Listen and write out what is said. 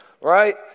right